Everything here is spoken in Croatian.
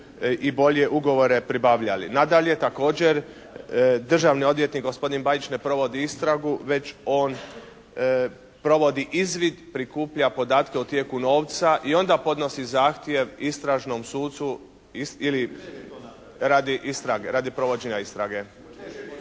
i bolje ugovore pribavljali. Nadalje, također državni odvjetnik gospodin Bajić ne provodi istragu, već on provodi izvid, prikuplja podatke o tijeku novca i onda podnosi zahtjev istražnom sucu ili radi istrage,